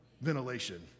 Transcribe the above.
ventilation